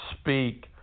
speak